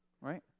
Right